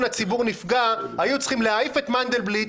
האנרכיסטים שרוצים לעשות אנרכיה במדינה